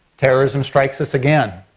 terrorism strikes us again.